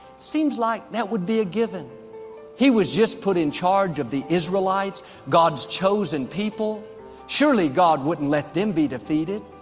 seems like that would be a given he was just put in charge of the israelites god's chosen people surely god wouldn't let them be defeated.